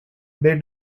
they